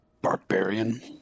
barbarian